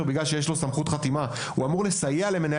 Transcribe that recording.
בגלל שיש לו סמכות חתימה; הוא אמור לסייע למנהל